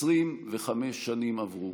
25 שנים עברו,